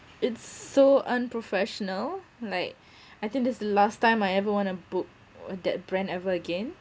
it's so unprofessional like I think that's the last time I ever want to book that brand ever again